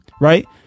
right